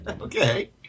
Okay